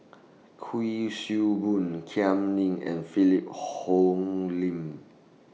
Kuik Swee Boon Kam Ning and Philip Hoalim